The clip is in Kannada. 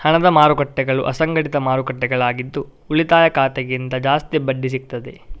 ಹಣದ ಮಾರುಕಟ್ಟೆಗಳು ಅಸಂಘಟಿತ ಮಾರುಕಟ್ಟೆಗಳಾಗಿದ್ದು ಉಳಿತಾಯ ಖಾತೆಗಿಂತ ಜಾಸ್ತಿ ಬಡ್ಡಿ ಸಿಗ್ತದೆ